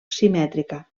simètrica